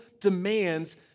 demands